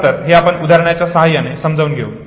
चला तर हे आपण उदाहरणाच्या सहाय्याने समजून घेऊ